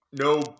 No